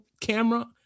camera